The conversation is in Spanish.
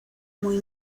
muy